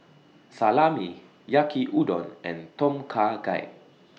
Salami Yaki Udon and Tom Kha Gai